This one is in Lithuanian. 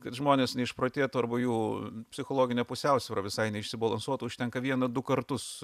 kad žmonės neišprotėtų arba jų psichologinė pusiausvyra visai neišsibalansuotų užtenka vieną du kartus